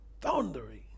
Thundering